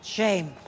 Shame